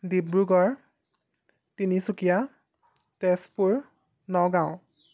Dibrugarh Tinsukia Tezpur Nagaon